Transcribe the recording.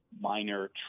minor